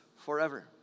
forever